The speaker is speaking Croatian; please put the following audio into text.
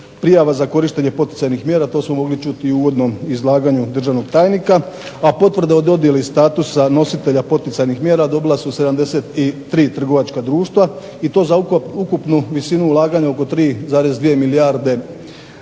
prijava za korištenje poticajnih mjera, to smo mogli čuti i u uvodnom izlaganju državnog tajnika, a potvrde o dodjeli statusa nositelja poticajnih mjera dobila su 73 trgovačka društva, i to za ukupnu visinu ulaganja oko 3,2 milijarde